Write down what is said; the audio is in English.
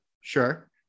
Sure